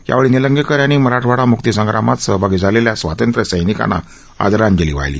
यावेळी निलंगेकर यांनी मराठवाडा मुक्ती संग्रामात सहभागी झालेल्या स्वातंत्र्य सैनिकांना आदरांजली वाहिली